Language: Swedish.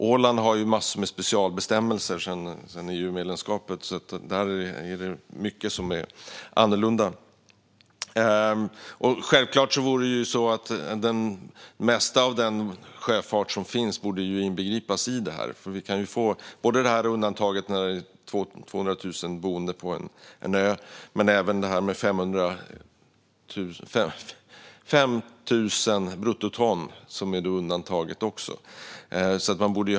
Åland har en massa specialbestämmelser sedan EU-medlemskapet. Där är mycket annorlunda. Det mesta av den sjöfart som finns borde inbegripas i systemet. Där finns undantaget för 200 000 boende på en ö, men även 5 000 bruttoton är också undantaget.